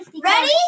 Ready